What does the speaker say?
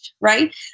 right